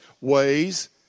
ways